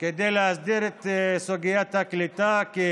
כדי להסדיר את סוגיית הקליטה, כי